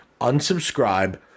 unsubscribe